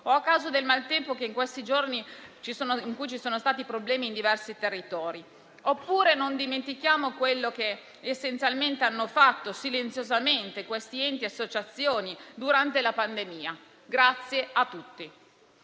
di questi giorni, in cui ci sono stati problemi in diversi territori. Non dimentichiamo quello che hanno fatto silenziosamente questi enti ed associazioni durante la pandemia. Grazie a tutti.